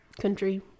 country